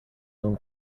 own